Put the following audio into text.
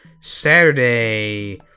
Saturday